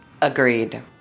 Agreed